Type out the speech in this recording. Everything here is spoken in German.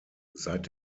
seit